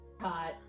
Hot